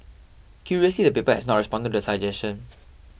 curiously the paper has not responded to this suggestion